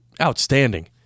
outstanding